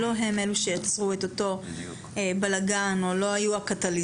שלא הם אלה שיצרו את אותו בלגן או לא היו הקטליזטור.